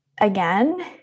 again